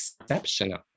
exceptional